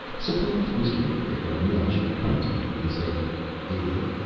suppose, mr. idiot, a man should come to you and say idiot,